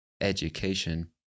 education